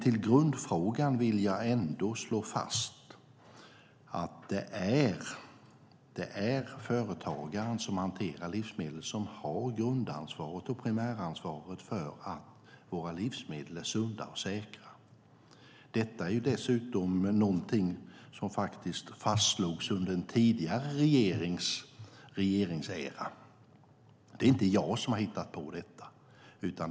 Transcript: I grundfrågan vill jag ändå slå fast att det är företagaren som hanterar livsmedel som har primäransvaret för att våra livsmedel är sunda och säkra. Detta är ju dessutom någonting som faktiskt fastslogs under en tidigare regerings era. Det är inte jag som har hittat på detta.